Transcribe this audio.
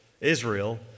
Israel